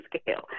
scale